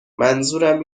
منظورم